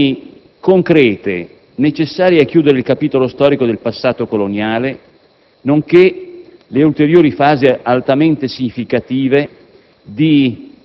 azioni concrete necessarie a chiudere il capitolo storico del passato coloniale, nonché le ulteriori fasi altamente significative